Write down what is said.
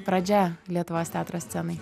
pradžia lietuvos teatro scenai